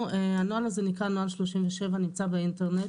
הנוכל הזה נקרא נוהל 37. הוא נמצא באינטרנט.